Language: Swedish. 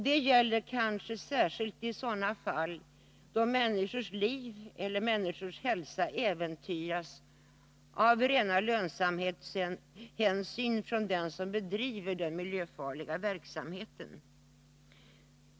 Detta gäller kanske särskilt i sådana fall då den som bedriver den miljöfarliga verksamheten äventyrar människors liv och hälsa av rena lönsamhetshänsyn.